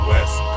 West